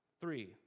Three